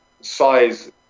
size